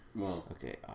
Okay